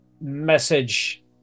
message